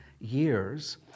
years